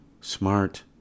smart